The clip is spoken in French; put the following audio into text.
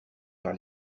par